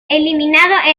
eliminado